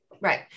Right